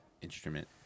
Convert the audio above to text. instrument